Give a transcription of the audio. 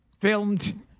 filmed